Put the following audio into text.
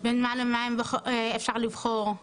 בין מה למה אפשר לבחור?